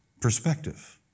Perspective